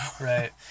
Right